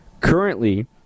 Currently